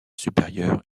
supérieure